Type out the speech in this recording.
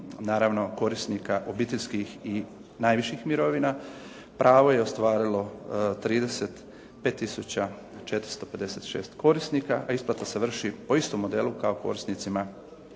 naravno korisnika obiteljskih i najviših mirovina. Pravo je ostvarilo 35 tisuća 456 korisnika, a isplata se vrši po istom modelu kao korisnicima